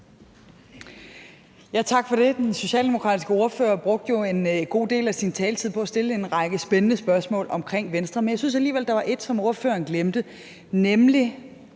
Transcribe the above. (V): Tak for det. Den socialdemokratiske ordfører brugte jo en god del af sin taletid på at stille en række spændende spørgsmål om Venstre, men jeg synes alligevel, at der var et, som ordføreren glemte, nemlig: